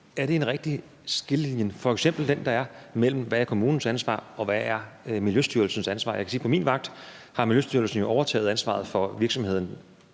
er den rigtige skillelinje, f.eks. den, der er, mellem, hvad der er kommunens ansvar, og hvad der er Miljøstyrelsens ansvar. Jeg kan sige, at på min vagt har Miljøstyrelsen jo overtaget ansvaret for virksomheden,